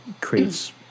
creates